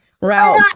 route